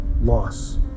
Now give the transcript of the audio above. loss